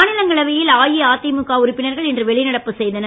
மாநிலங்களவையில் அஇஅதிமுக உறுப்பினர்கள் இன்று வெளிநடப்பு செய்தனர்